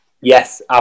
Yes